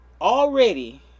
already